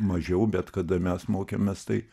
mažiau bet kada mes mokėmės tai